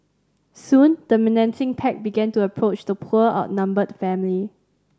soon the menacing pack began to approach the poor outnumbered family